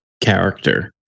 character